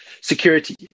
security